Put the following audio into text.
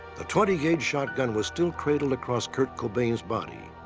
a twenty gauge shotgun was still cradled across kurt cobain's body.